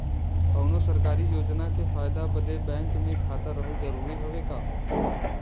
कौनो सरकारी योजना के फायदा बदे बैंक मे खाता रहल जरूरी हवे का?